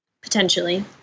Potentially